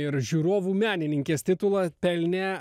ir žiūrovų menininkės titulą pelnė